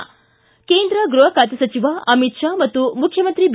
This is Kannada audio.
ಿ ಕೇಂದ್ರ ಗೃಹ ಖಾತೆ ಸಚಿವ ಅಮಿತ್ ಶಾ ಮತ್ತು ಮುಖ್ಯಮಂತ್ರಿ ಬಿ